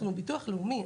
אנחנו ביטוח לאומי,